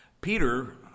Peter